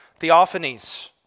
theophanies